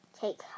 take